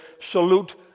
salute